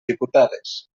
diputades